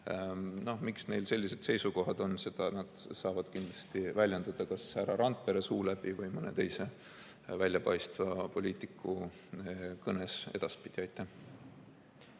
Miks neil sellised seisukohad on, seda nad saavad kindlasti väljendada kas härra Randpere suu läbi või mõne teise väljapaistva poliitiku kõnes täna.